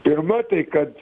pirma tai kad